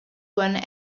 one